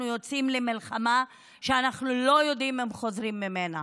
יוצאים למלחמה שאנחנו לא יודעים אם אנחנו חוזרים ממנה.